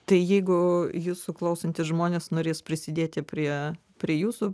tai jeigu jūsų klausantys žmonės norės prisidėti prie prie jūsų